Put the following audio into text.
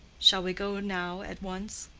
shall we go now at once?